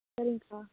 சரிங்கக்கா